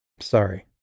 Sorry